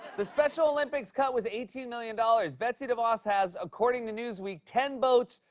the special olympics cut was eighteen million dollars. betsy devos has, according to newsweek, ten boats,